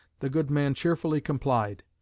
the good man cheerfully complied.